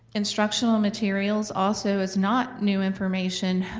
instructional materials also is not new information,